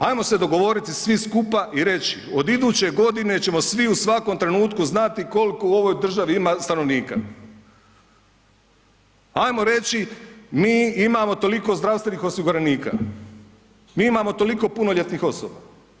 Hajmo se dogovoriti svi skupa i reći od iduće godine ćemo svi u svakom trenutku znati koliko u ovoj državi ima stanovnika, hajmo reći mi imamo toliko zdravstvenih osiguranika, mi imamo toliko punoljetnih osoba.